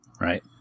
right